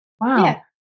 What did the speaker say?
Wow